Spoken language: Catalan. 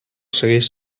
segueix